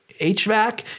HVAC